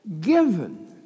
given